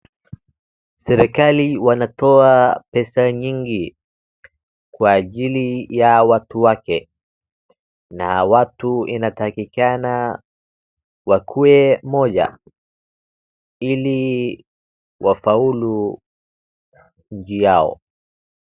Serekali wanatoa pesa nyingi kwa ajili ya watu wake na watu wanatakikana wakuwe pamoja ili wafaulu nchi yao.